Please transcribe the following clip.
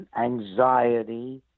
anxiety